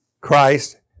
Christ